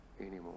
anymore